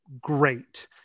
great